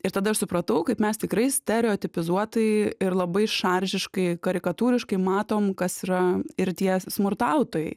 ir tada aš supratau kaip mes tikrai stereotipizuotai ir labai šaržiškai karikatūriškai matom kas yra ir tie smurtautojai